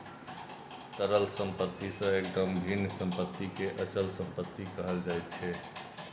तरल सम्पत्ति सँ एकदम भिन्न सम्पत्तिकेँ अचल सम्पत्ति कहल जाइत छै